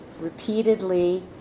repeatedly